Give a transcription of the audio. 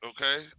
Okay